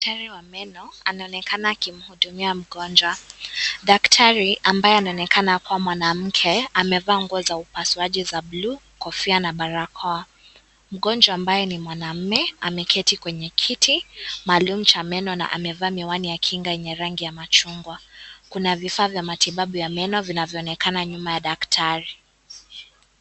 Daktari wa meno anaonekana akimhudumia mgonjwa. Daktari ambaye anaoneka kuwa mwanamke, amevaa nguo za upasuaji za buluu, kofia na barakoa. Mgonjwa ambaye ni mwanaume, ameketi kwenye kiti maalum cha meno na amevaa miwani ya kinga yenye rangi ya machungwa. Kuna vifaa vya matibabu ya meno vinavyoonekana nyuma ya daktari.